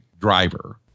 driver